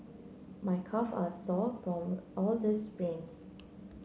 my calve are sore from all the sprints